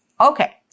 Okay